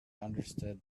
understood